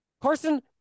Carson